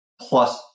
plus